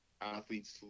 athletes